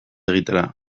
egitera